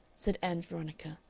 said ann veronica,